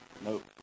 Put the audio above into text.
Nope